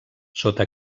sota